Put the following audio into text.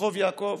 ברחוב יעקב.